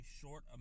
short